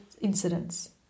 incidents